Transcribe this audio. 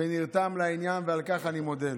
לעניין ונרתם,